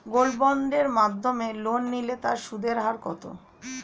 Gold বন্ডের মাধ্যমে loan নিলে তার সুদের হার কত?